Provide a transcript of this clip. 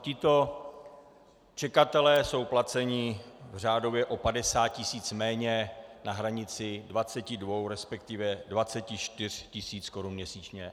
Tito čekatelé jsou placeni řádově o 50 tisíc méně, na hranici 22, respektive 24 tisíc korun měsíčně.